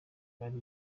bari